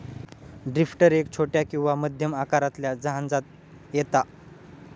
drifter एक छोट्या किंवा मध्यम आकारातल्या जहाजांत येता